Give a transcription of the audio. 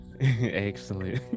Excellent